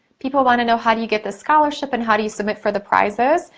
people wanna know how do you get the scholarship, and how do you submit for the prizes.